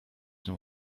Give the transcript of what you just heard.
nią